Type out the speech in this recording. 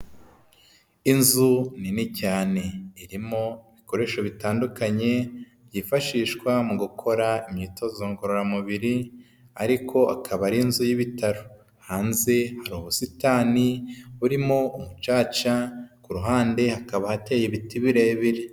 Inzu nini cyane irimo ibikoresho bitandukanye byifashishwa mu gukora imyitozo ngororamubiri ariko akaba ari inzu y'ibitaro, hanze hari ubusitani burimo umucaca, ku ruhande hakaba hateye ibiti birebire.